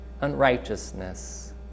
unrighteousness